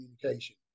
communication